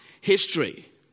history